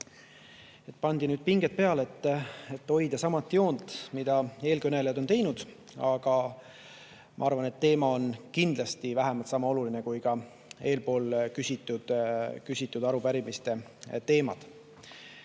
Pandi nüüd pinge peale, et hoida sama joont, mida eelkõnelejad on teinud, aga ma arvan, et teema on kindlasti vähemalt sama oluline kui eespool [käsitletud] arupärimiste